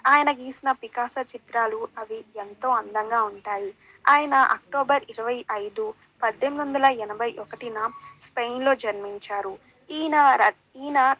ఆయన గీసిన పికాసో చిత్రాలు అవి ఎంతో అందంగా ఉంటాయి ఆయన అక్టోబర్ ఇరవై ఐదు పద్దెనిమిది వందల ఎనభై ఒకటిన స్పెయిన్లో జన్మించారు ఈయన